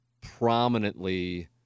prominently